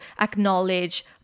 acknowledge